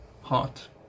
heart